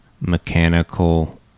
mechanical